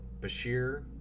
Bashir